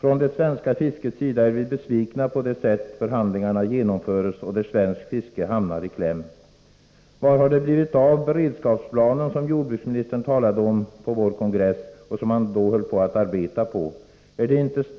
Från det svenska fiskets sida är vi besvikna över det sätt som förhandlingarna genomförs på, och där svenskt fiske kommer i kläm. Vad har det blivit av den beredskapsplan som jordbruksministern talade om på vår kongress och som man då höll på att arbeta med?